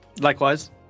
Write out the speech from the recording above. Likewise